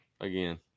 again